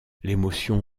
l’émotion